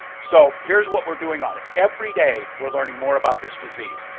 so here's what we're doing on it. every day, we're learning more about this disease.